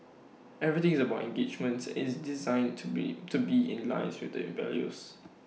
everything is about engagements is designed to be to be in line with its values